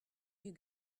you